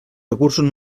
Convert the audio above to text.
recursos